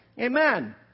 Amen